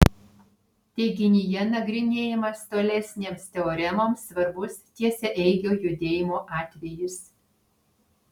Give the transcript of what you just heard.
teiginyje nagrinėjamas tolesnėms teoremoms svarbus tiesiaeigio judėjimo atvejis